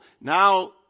Now